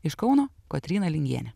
iš kauno kotryna lingienė